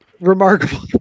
remarkable